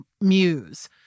muse